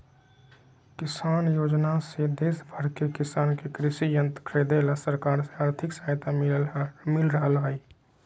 किसान योजना से देश भर के किसान के कृषि यंत्र खरीदे ला सरकार से आर्थिक सहायता मिल रहल हई